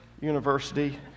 university